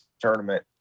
tournament